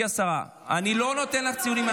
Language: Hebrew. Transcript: אני לא נותן לך ציונים,